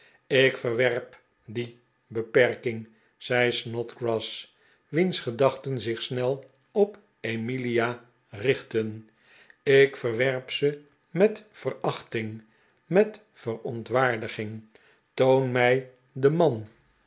ik verwerp die beperking zei snodgrass wiens gedachten zich snel op emilia richtten ik verwerp ze met verachting met verontwaardiging toon mij den man